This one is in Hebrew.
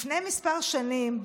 לפני כמה שנים,